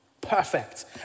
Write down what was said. Perfect